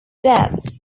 deaths